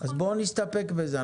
אז בואו נסתפק בזה.